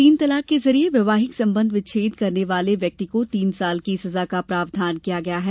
तीन तलाक के जरिए वैवाहिक संबंध विच्छेद करने वाले व्यक्ति को तीन साल की सजा का प्रावधान किया गया है